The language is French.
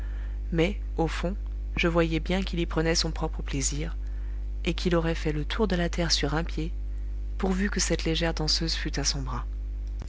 mais au fond je voyais bien qu'il y prenait son propre plaisir et qu'il aurait fait le tour de la terre sur un pied pourvu que cette légère danseuse fût à son bras